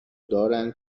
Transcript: دارن